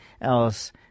else